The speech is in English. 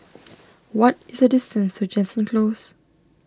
what is the distance to Jansen Close